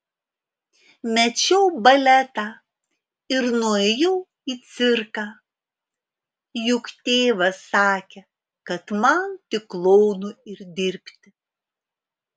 mečiau baletą ir nuėjau į cirką juk tėvas sakė kad man tik klounu ir dirbti